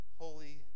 holy